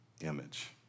image